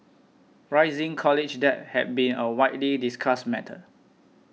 rising college debt has been a widely discussed matter